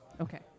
Okay